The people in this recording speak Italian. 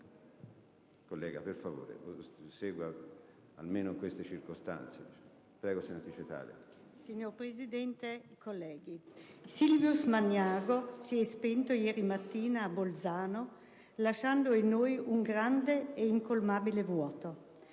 Signor Presidente, colleghi, Silvius Magnago si è spento ieri mattina a Bolzano, lasciando in noi un grande e incolmabile vuoto.